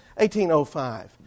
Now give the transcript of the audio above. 1805